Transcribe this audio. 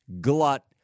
glut